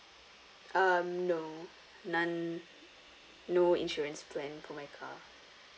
um no none no insurance plan for my car